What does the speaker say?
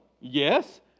yes